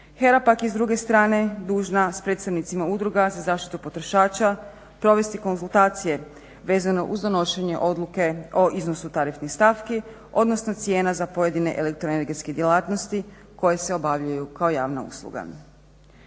HERA pak je s druge strane dužna s predstavnicima udruga za zaštitu potrošača provesti konzultacije vezano uz donošenje odluke o iznosu tarifnih stavki, odnosno cijena za pojedine elektroenergetske djelatnosti koje se obavljaju kao javna usluga.